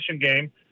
game